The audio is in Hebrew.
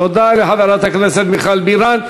תודה לחברת הכנסת מיכל בירן.